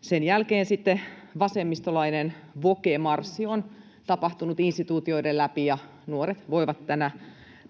Sen jälkeen sitten vasemmistolainen woke-marssi on tapahtunut instituutioiden läpi, ja nuoret voivat tänä